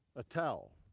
a towel, a